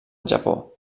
japó